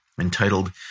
entitled